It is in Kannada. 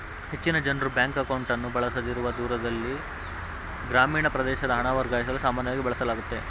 ಹೆಚ್ಚಿನ ಜನ್ರು ಬ್ಯಾಂಕ್ ಅಕೌಂಟ್ಅನ್ನು ಬಳಸದಿರುವ ದೂರದಲ್ಲಿ ಗ್ರಾಮೀಣ ಪ್ರದೇಶದ ಹಣ ವರ್ಗಾಯಿಸಲು ಸಾಮಾನ್ಯವಾಗಿ ಬಳಸಲಾಗುತ್ತೆ